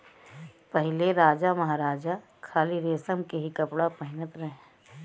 पहिले राजामहाराजा खाली रेशम के ही कपड़ा पहिनत रहे